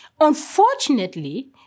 Unfortunately